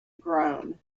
groan